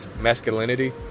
masculinity